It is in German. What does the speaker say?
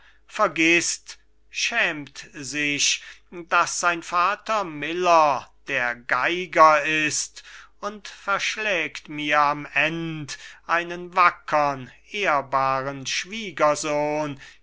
vergißt schämt sich daß sein vater miller der geiger ist und verschlägt mir am end einen wackern ehrbaren schwiegersohn